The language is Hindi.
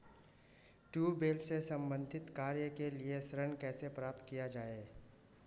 ट्यूबेल से संबंधित कार्य के लिए ऋण कैसे प्राप्त किया जाए?